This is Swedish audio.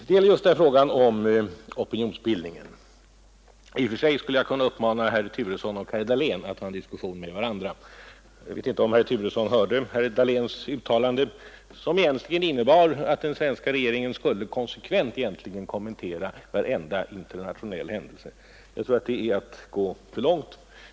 Det gäller just frågan om opinionsbildningen. I och för sig skulle jag kunna uppmana herr Turesson och herr Dahlén att ta en diskussion med varandra. Jag vet inte om herr Turesson hörde herr Dahléns anförande tidigare i dag, som innebar att den svenska regeringen borde konsekvent kommentera varenda internationell händelse av betydelse. Jag tror att det är att gå för långt.